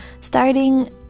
starting